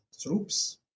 troops